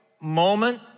moment